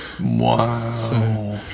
Wow